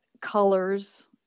Colors